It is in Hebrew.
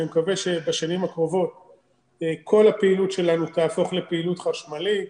אני מקווה שבשנים הקרובות כל הפעילות שלנו תהפוך לפעילות חשמלית,